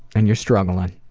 and you're struggling,